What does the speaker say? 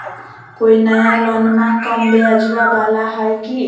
कोइ नया लोनमा कम ब्याजवा वाला हय की?